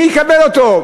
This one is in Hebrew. מי יקבל אותו?